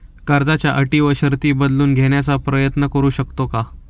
कर्जाच्या अटी व शर्ती बदलून घेण्याचा प्रयत्न करू शकतो का?